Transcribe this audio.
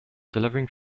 delivering